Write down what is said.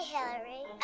Hillary